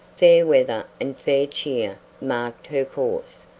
fair weather and fair cheer marked her course,